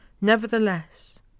Nevertheless